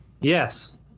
Yes